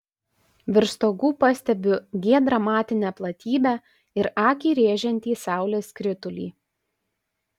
virš stogų pastebiu giedrą matinę platybę ir akį rėžiantį saulės skritulį